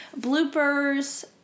bloopers